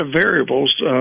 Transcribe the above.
variables